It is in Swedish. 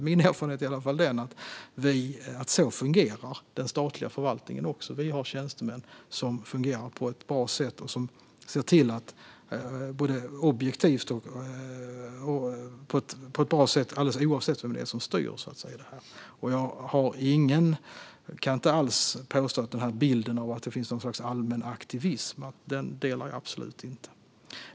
Min erfarenhet är att den statliga förvaltningen fungerar som det är tänkt. Vi har tjänstemän som fungerar på ett bra sätt och är objektiva alldeles oavsett vem det är som styr. Jag delar absolut inte bilden att det finns något slags allmän aktivism.